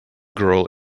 girl